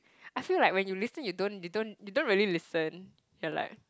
I feel like when you listen you don't you don't you don't really listen ya like